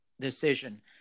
decision